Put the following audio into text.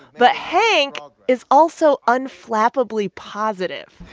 but hank is also unflappably positive. hey,